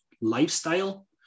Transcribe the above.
lifestyle